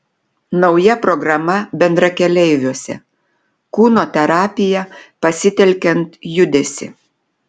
nauja programa bendrakeleiviuose kūno terapija pasitelkiant judesį